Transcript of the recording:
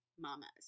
mamas